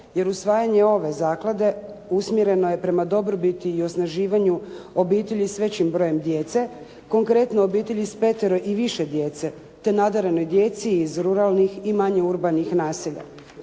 jer usvajanje ove zaklade usmjereno je prema dobrobiti i osnaživanju obitelji s većim brojem djece. Konkretno, obitelji sa petero i više djece te nadarenoj djeci iz ruralnih i manje urbanih naselja.